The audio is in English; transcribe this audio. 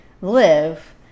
live